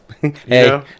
Hey